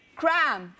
cram